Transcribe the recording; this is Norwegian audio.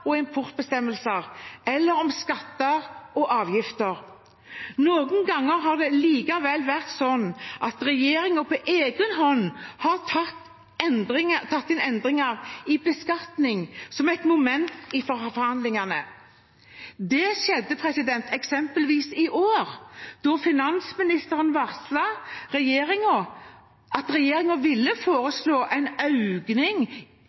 og importbestemmelser eller om skatter og avgifter. Noen ganger har det likevel vært slik at regjeringen på egen hånd har tatt inn endringer i beskatning som et moment i forhandlingene. Det skjedde eksempelvis i år, da finansministeren varslet at regjeringen ville